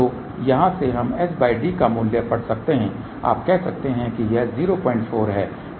तो यहाँ से हम sd का मूल्य पढ़ सकते हैं आप कह सकते हैं कि यह 04 है